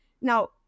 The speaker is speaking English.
Now